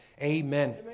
Amen